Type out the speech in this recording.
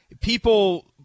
people